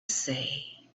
say